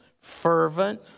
fervent